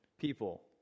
people